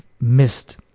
missed